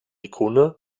ikone